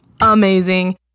amazing